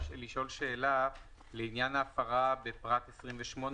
לעניין ההפרה בפרט (28),